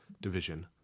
Division